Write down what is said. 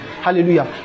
Hallelujah